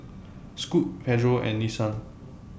Scoot Pedro and Nissan